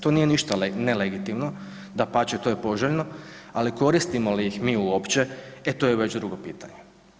To nije ništa nelegitimno, dapače to je poželjno, ali koristimo li mi ih uopće, e to je već drugo pitanje.